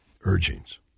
urgings